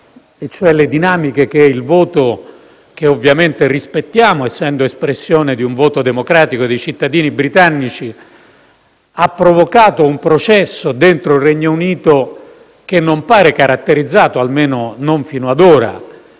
e cioè le dinamiche che il voto - che ovviamente rispettiamo, essendo espressione democratica della volontà dei cittadini britannici - ha provocato, cioè un processo interno al Regno Unito che non pare caratterizzato, almeno non fino ad ora,